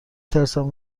ترسم